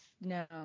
No